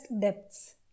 depths